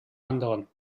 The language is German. anderen